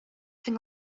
think